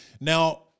Now